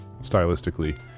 stylistically